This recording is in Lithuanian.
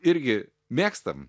irgi mėgstam